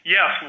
Yes